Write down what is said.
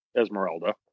Esmeralda